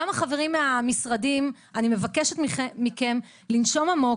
גם החברים מהמשרדים, אני מבקשת מכם לנשום עמוק.